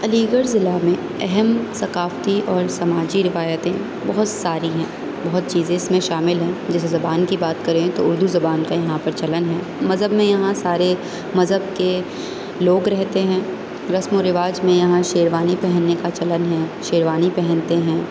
علی گڑھ ضلع میں اہم ثقافتی اور سماجی روایتیں بہت ساری ہیں بہت چیزیں اس میں شامل ہیں جیسے زبان کی بات کریں تو اردو زبان کا یہاں چلن ہے مذہب میں یہاں سارے مذہب کے لوگ رہتے ہیں رسم و رواج میں یہاں شیروانی پہننے کا چلن ہے شیروانی پہنتے ہیں